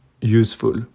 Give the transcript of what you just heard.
useful